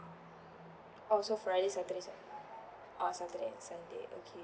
oh so friday saturday sunday ah saturday and sunday okay